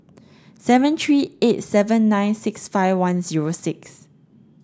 seven three eight seven nine six five one zero six